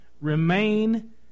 remain